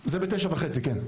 ב-21:30.